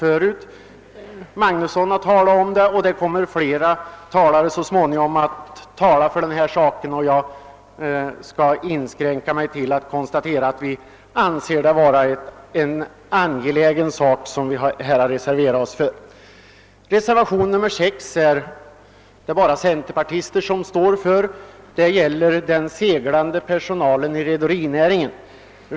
Herr Magnusson i Borås har tagit upp denna fråga, och flera talare kommer så småningom att beröra den. Jag skall därför inskränka mig till att konstatera att vi anser frågan angelägen. Bakom reservationen 6 står bara centerpartister. Reservationen gäller den seglande personalen inom rederinäringen.